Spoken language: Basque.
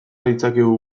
ditzakegu